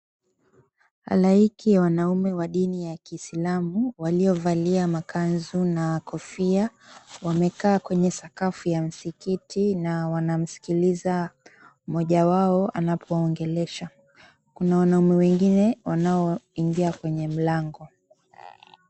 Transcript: Halaiki ya wanaume wa dini ya kiislamu waliovalia makanzu na kofia wamekaa kwenye sakafu ya msikiti na wanamsikiliza mmoja wao anapowaongelesha. Kuna wanaume wengine wanaoingia kwenye mlango.